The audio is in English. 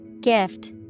Gift